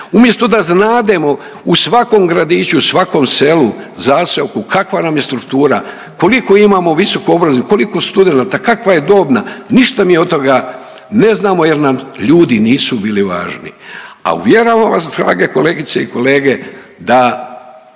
Umjesto da znademo u svakom gradiću, u svakom selu, zaseoku kakva nam je struktura, koliko imamo visoko obrazovanih, koliko studenata, kakva je dobna, ništa mi od toga ne znamo jer nam ljudi nisu bili važni. A uvjeravam vas drage kolegice i kolege da